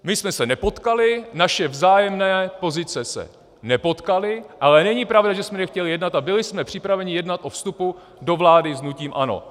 My jsme se nepotkali, naše vzájemné pozice se nepotkaly, ale není pravda, že jsme nechtěli jednat, a byli jsme připraveni jednat o vstupu do vlády s hnutím ANO.